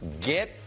Get